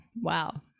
Wow